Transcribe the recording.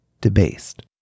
debased